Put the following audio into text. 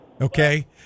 okay